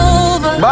over